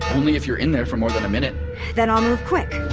only if you're in there for more than a minute then i'll move quick